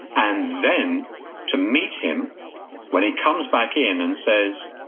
and then to meet him when he comes back in and says,